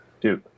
Duke